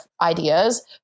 ideas